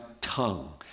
tongue